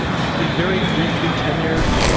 ah the very briefly tenured,